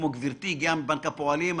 כמו גברתי שהגיעה מבנק הפועלים.